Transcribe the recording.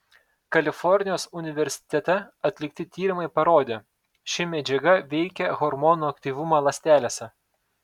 kalifornijos universitete atlikti tyrimai parodė ši medžiaga veikia hormonų aktyvumą ląstelėse